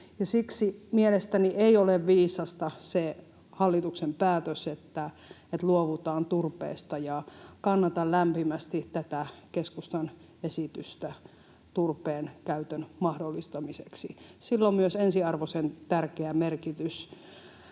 ei ole viisas se hallituksen päätös, että luovutaan turpeesta, ja kannatan lämpimästi tätä keskustan esitystä turpeen käytön mahdollistamiseksi. Sillä on myös ensiarvoisen tärkeä merkitys